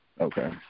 Okay